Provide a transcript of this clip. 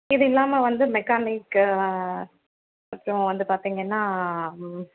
இது இல்லாமல் வந்து மெக்கானிக் அப்புறம் வந்து பார்த்தீங்கன்னா